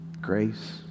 grace